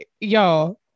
y'all